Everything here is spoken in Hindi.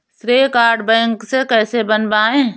श्रेय कार्ड बैंक से कैसे बनवाएं?